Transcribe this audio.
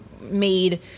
made